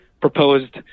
proposed